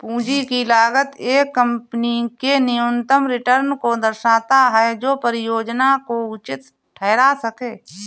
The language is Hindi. पूंजी की लागत एक कंपनी के न्यूनतम रिटर्न को दर्शाता है जो परियोजना को उचित ठहरा सकें